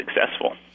successful